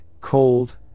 cold